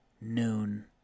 Noon